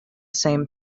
same